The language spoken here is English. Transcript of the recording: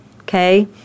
Okay